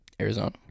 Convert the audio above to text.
Arizona